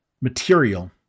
Material